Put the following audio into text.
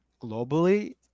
globally